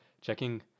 checking